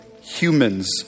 humans